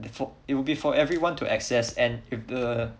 befo~ it will be for everyone to access and if the